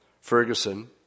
Ferguson